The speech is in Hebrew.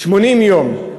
80 יום,